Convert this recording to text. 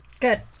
Good